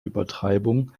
übertreibung